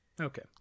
Okay